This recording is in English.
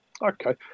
Okay